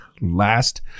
last